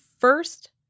first